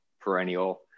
perennial